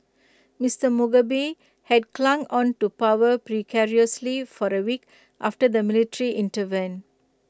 Mister Mugabe had clung on to power precariously for the week after the military intervened